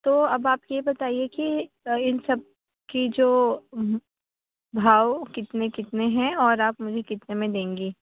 تو اب آپ یہ بتائیے کہ ان سب کی جو بھاؤ کتنے کتنے ہیں اور آپ مجھے کتنے میں دیں گی